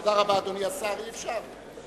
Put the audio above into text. תודה רבה, אדוני השר, אי-אפשר.